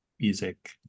music